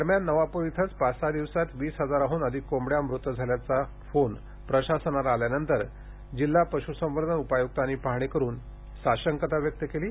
दरम्यान नवापूर इथं पाच सहा दिवसात वीस हजाराहन अधिक कोंबड्या मृत झाल्याचा निनावी फोन प्रशासनाला आल्यानंतर जिल्हा पशुसंवर्धन उपायुक्तांनी पाहणी करुन साशंकता व्यक्त केली आहे